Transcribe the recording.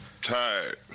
Tired